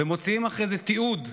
ומוציאים אחרי זה תיעוד,